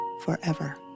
forever